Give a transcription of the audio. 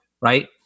right